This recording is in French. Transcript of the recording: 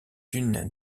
une